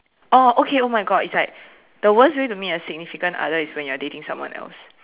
oh okay oh my God it's like the worst way to meet your significant other is when you are dating someone else